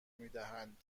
میدهند